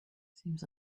seems